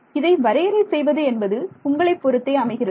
இதை வரையறை செய்வது என்பது உங்களைப் பொறுத்தே அமைகிறது